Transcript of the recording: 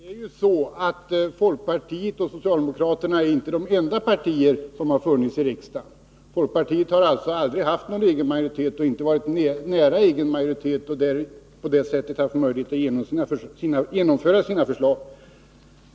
Herr talman! Folkpartiet och socialdemokraterna är inte de enda partier som har funnits i riksdagen. Folkpartiet har aldrig haft någon egen majoritet och inte varit nära egen majoritet och alltså inte på det sättet haft möjlighet att genomföra sina förslag.